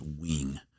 wing